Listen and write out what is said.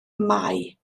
mai